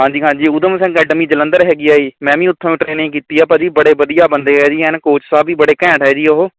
ਹਾਂਜੀ ਹਾਂਜੀ ਉੱਧਮ ਸਿੰਘ ਅਕੈਡਮੀ ਜਲੰਧਰ ਹੈਗੀ ਹੈ ਜੀ ਮੈਂ ਵੀ ਉੱਥੋ ਹੀ ਟਰੇਨਿੰਗ ਕੀਤੀ ਆ ਭਾਅ ਜੀ ਬੜੇ ਵਧੀਆ ਬੰਦੇ ਆ ਜੀ ਐਂਡ ਕੌਚ ਸਾਹਿਬ ਵੀ ਬੜੇ ਘੈਂਟ ਹੈ ਜੀ ਉਹ